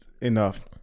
enough